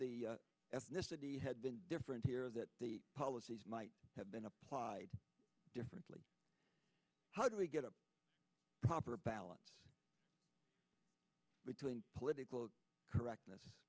ethnicity had been different here that policy might have been applied differently how do we get a proper balance between political correctness